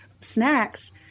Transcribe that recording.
snacks